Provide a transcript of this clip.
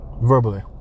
Verbally